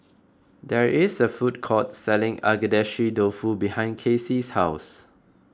there is a food court selling Agedashi Dofu behind Kacy's house